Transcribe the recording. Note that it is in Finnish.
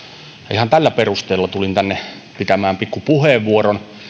ihan tällä perusteella tulin tänne pitämään pikku puheenvuoron